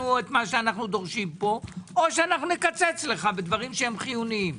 מה שאנו דורשים פה או נקצץ לך בדברים חיוניים,